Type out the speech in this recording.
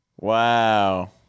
Wow